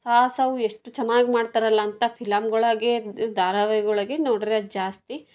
ಸಾಹಸವು ಎಷ್ಟು ಚೆನ್ನಾಗಿ ಮಾಡ್ತಾರಲ್ಲ ಅಂತ ಫಿಲಂಗೊಳಗೆ ದ್ ಧಾರಾವಾಹಿಗೊಳಗೆ ನೋಡಿರದು ಜಾಸ್ತಿ